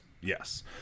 Yes